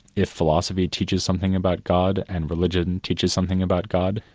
if philosophy teaches something about god and religion teaches something about god,